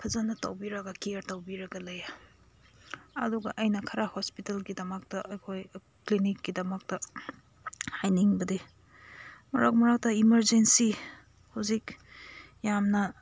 ꯐꯖꯅ ꯇꯧꯕꯤꯔꯒ ꯀꯤꯌꯥꯔ ꯇꯧꯕꯤꯔꯒ ꯂꯩ ꯑꯗꯨꯒ ꯑꯩꯅ ꯈꯔ ꯍꯣꯁꯄꯤꯇꯥꯜꯒꯤꯗꯃꯛꯇ ꯑꯩꯈꯣꯏ ꯀ꯭ꯂꯤꯅꯤꯛꯀꯤꯗꯃꯛꯇ ꯍꯥꯏꯅꯤꯡꯕꯗꯤ ꯃꯔꯛ ꯃꯔꯛꯇ ꯏꯃꯔꯖꯦꯟꯁꯤ ꯍꯧꯖꯤꯛ ꯌꯥꯝꯅ